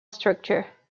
structure